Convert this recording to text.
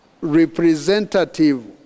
representative